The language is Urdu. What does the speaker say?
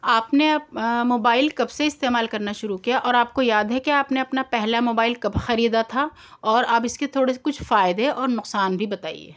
آپ نے اپ موبائل کب سے استعمال كرنا شروع کیا اور آپ كو یاد ہے کہ آپ نے اپنا پہلا موبائل کب خریدا تھا اور اب اس کے تھوڑے سے کچھ فائدے اور نقصان بھی بتائیے